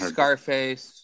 Scarface